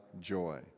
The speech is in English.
joy